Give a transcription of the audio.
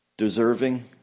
Deserving